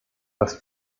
das